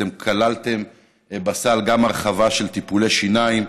אתם כללתם בסל גם הרחבה של טיפולי שיניים,